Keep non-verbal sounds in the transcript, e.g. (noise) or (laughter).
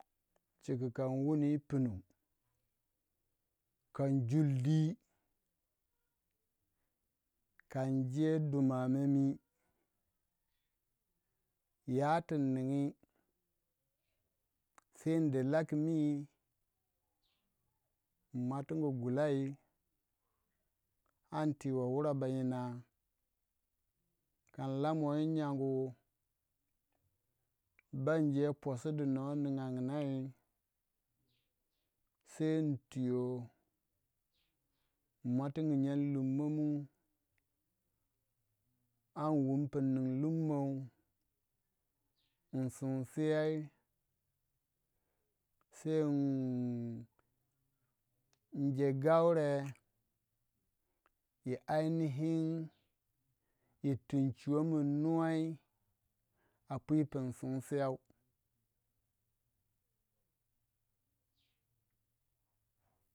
Chiku kon wuni yi punu kon jul dwi kon je duma yoh mie ya tin ningi sei inde laki mi in muating gulei angi in tiwe wurei bayi nah kon lamuwe yi nyangu ban de posi di nor ninganginai sai tuyo inmuatingi nyan lummoh mu angi in wun pu in ningi lumoh in sin sei (hesitation) in jegaure yi ainihin yir twi in chuamin nuwai a pwi pun singu sei yau.